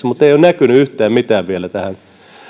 mutta ei ole näkynyt yhtään mitään vielä tähän